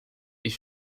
est